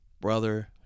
brother